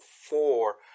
four